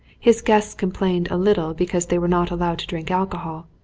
his guests complained a little because they were not allowed to drink alcohol,